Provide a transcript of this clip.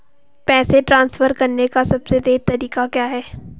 पैसे ट्रांसफर करने का सबसे तेज़ तरीका क्या है?